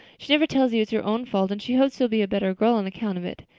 she never tells you it's your own fault and she hopes you'll be a better girl on account of it.